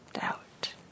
doubt